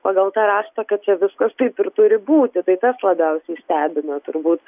pagal tą raštą kad čia viskas taip ir turi būti tai tas labiausiai stebina turbūt